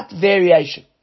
variation